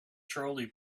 trolley